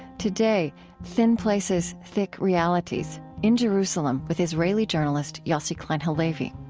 today thin places, thick realities in jerusalem, with israeli journalist yossi klein halevi.